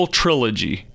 trilogy